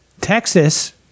Texas